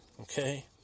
Okay